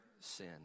sin